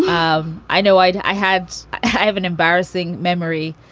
um i know. i had i have an embarrassing memory,